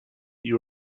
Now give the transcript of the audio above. you